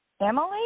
Emily